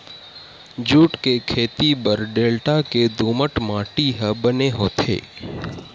jute के खेती बर डेल्टा के दुमट माटी ह बने होथे